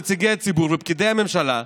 נציגי הציבור ופקידי הממשלה,